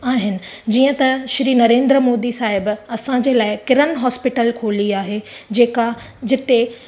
आहिनि जीअं त श्री नरेंद्र मोदी साहिब असांजे लाइ किरण हॉस्पिटल खोली आहे जेका जिते